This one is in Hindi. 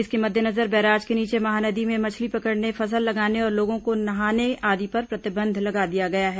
इसके मद्देनजर बैराज के नीचे महानदी में मछली पकड़ने फसल लगाने और लोगों के नहाने आदि पर प्रतिबंध लगा दिया गया है